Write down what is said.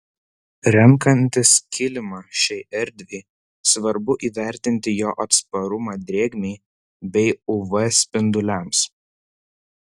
renkantis kilimą šiai erdvei svarbu įvertinti jo atsparumą drėgmei bei uv spinduliams